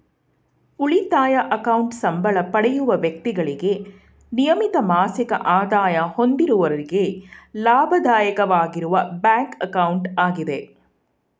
ಉಳಿತಾಯ ಅಕೌಂಟ್ ಸಂಬಳ ಪಡೆಯುವ ವ್ಯಕ್ತಿಗಳಿಗೆ ನಿಯಮಿತ ಮಾಸಿಕ ಆದಾಯ ಹೊಂದಿರುವವರಿಗೆ ಲಾಭದಾಯಕವಾಗಿರುವ ಬ್ಯಾಂಕ್ ಅಕೌಂಟ್ ಆಗಿದೆ